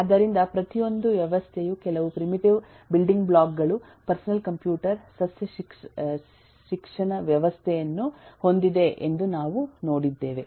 ಆದ್ದರಿಂದ ಪ್ರತಿಯೊಂದು ವ್ಯವಸ್ಥೆಯು ಕೆಲವು ಪ್ರಿಮಿಟಿವ್ ಬಿಲ್ಡಿಂಗ್ ಬ್ಲಾಕ್ ಗಳು ಪರ್ಸನಲ್ ಕಂಪ್ಯೂಟರ್ ಸಸ್ಯ ಶಿಕ್ಷಣ ವ್ಯವಸ್ಥೆಯನ್ನು ಹೊಂದಿದೆ ಎಂದು ನಾವು ನೋಡಿದ್ದೇವೆ